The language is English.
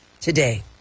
Today